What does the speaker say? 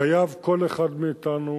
חייב כל אחד מאתנו,